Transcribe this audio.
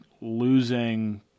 losing